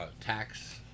tax